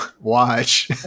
watch